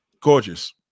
gorgeous